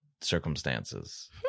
circumstances